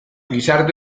gizarte